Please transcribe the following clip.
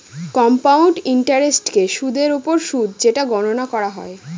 compound ইন্টারেস্টকে সুদের ওপর সুদ যেটা গণনা করা হয়